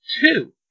Two